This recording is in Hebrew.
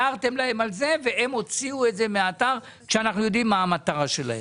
הערתם להם על זה והם הוציאו את זה מהאתר כשאנחנו יודעים מה המטרה שלהם.